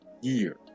year